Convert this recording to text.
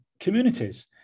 communities